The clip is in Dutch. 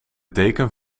deken